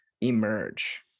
emerge